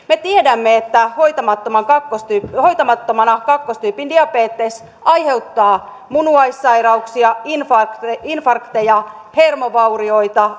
me tiedämme että hoitamattomana kakkostyypin hoitamattomana kakkostyypin diabetes aiheuttaa munuaissairauksia infarkteja infarkteja hermovaurioita